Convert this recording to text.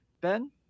Ben